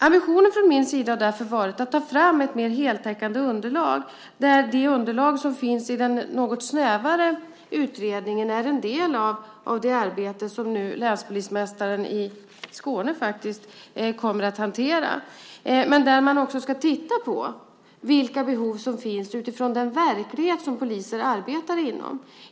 Ambitionen från min sida har därför varit att ta fram ett mer heltäckande underlag, där det underlag som finns i den något snävare utredningen är en del av det arbete som länspolismästaren i Skåne nu kommer att hantera. Där ska man också titta på vilka behov som finns utifrån den verklighet som poliser arbetar i.